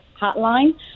hotline